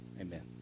Amen